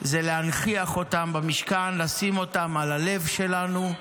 להנכיח אותם במשכן, לשים אותם על הלב שלנו,